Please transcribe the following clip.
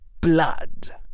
blood